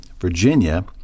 Virginia